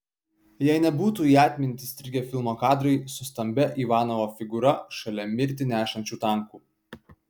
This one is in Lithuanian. jei nebūtų į atmintį įstrigę filmo kadrai su stambia ivanovo figūra šalia mirtį nešančių tankų